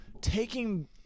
taking